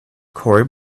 corey